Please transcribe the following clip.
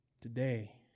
Today